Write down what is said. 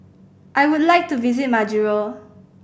I would like to visit Majuro